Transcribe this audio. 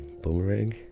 boomerang